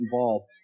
involved